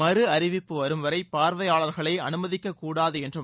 மறு அறிவிப்பு வரும்வரை பார்வையாளர்களை அனுமதிக்கக் கூடாது என்றும்